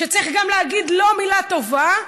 שצריך להגיד גם לו מילה טובה,